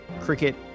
cricket